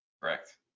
Correct